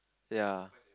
ya